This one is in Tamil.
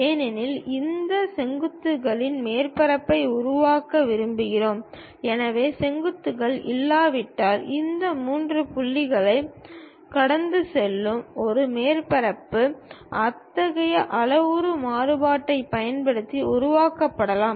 ஏனெனில் இந்த செங்குத்துகளிலிருந்து மேற்பரப்பை உருவாக்க விரும்புகிறோம் எனவே செங்குத்துகள் இல்லாவிட்டால் இந்த மூன்று புள்ளிகளைக் கடந்து செல்லும் ஒரு மேற்பரப்பு அத்தகைய அளவுரு மாறுபாட்டைப் பயன்படுத்தி உருவாக்கப்படலாம்